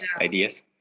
ideas